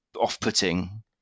off-putting